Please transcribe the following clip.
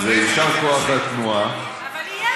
אז יישר כוח לתנועה, אבל יהיה.